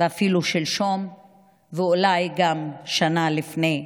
ואפילו שלשום ואולי גם שנה לפני,